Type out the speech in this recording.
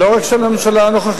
לא רק של הממשלה הנוכחית,